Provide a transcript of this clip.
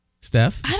Steph